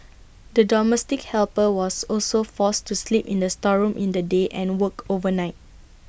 the domestic helper was also forced to sleep in the storeroom in the day and worked overnight